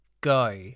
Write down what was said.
Go